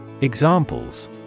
Examples